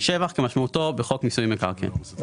"שבח" כמשמעותו בחוק מיסוי מקרקעין.